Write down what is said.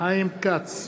חיים כץ,